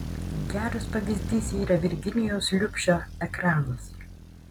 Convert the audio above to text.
geras pavyzdys yra virginijaus liubšio ekranas